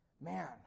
man